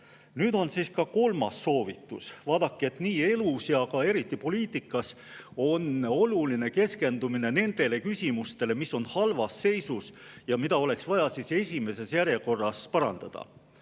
Nüüd on ka kolmas soovitus. Vaadake, elus ja eriti poliitikas on oluline keskendumine nendele küsimustele, mis on halvas seisus ja mida oleks vaja esimeses järjekorras parandada